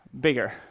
Bigger